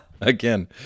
Again